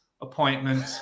appointment